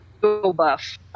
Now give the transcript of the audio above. buff